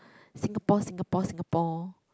Singapore Singapore Singapore